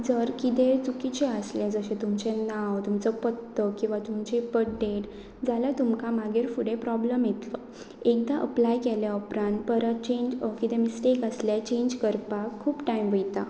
जर कितें चुकिचें आसलें जशें तुमचें नांव तुमचो पत्तो किंवां तुमचे बर्थडेड जाल्यार तुमकां मागीर फुडें प्रोब्लम येतलो एकदां अप्लाय केल्या उपरांत परत चेंज कितें मिस्टेक आसले चेंज करपाक खूब टायम वयता